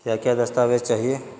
کیا کیا دستاویز چاہیے